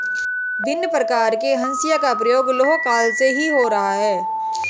भिन्न प्रकार के हंसिया का प्रयोग लौह काल से ही हो रहा है